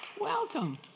Welcome